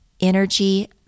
energy